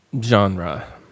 Genre